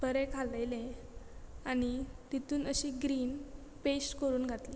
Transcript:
बरें कालयले आनी तितून अशी ग्रीन पेस्ट करून घातली